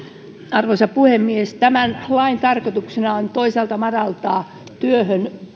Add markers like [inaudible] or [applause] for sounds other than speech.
arvoisa puhemies tämän lain tarkoituksena on toisaalta madaltaa työhön [unintelligible]